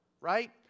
right